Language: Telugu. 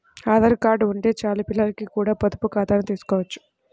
ఆధార్ కార్డు ఉంటే చాలు పిల్లలకి కూడా పొదుపు ఖాతాను తీసుకోవచ్చు